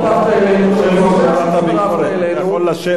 למה,